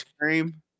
cream